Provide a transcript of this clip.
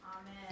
Amen